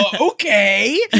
Okay